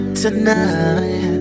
tonight